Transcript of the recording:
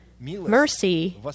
mercy